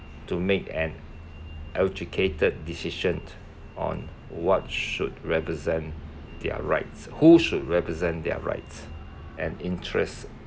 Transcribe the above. to make an educated decisions on what should represent their rights who should represent their rights and interests